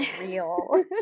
real